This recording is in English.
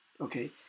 Okay